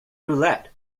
roulette